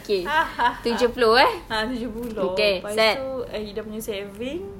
ah tujuh puluh lepas itu ida punya saving